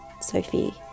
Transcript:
sophie